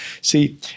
See